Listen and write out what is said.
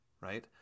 right